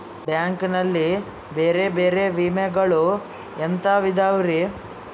Bank ನಲ್ಲಿ ಬೇರೆ ಬೇರೆ ವಿಮೆಗಳು ಎಂತವ್ ಇದವ್ರಿ?